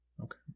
Okay